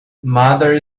mother